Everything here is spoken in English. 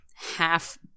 half